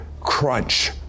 crunch